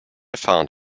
found